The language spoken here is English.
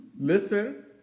Listen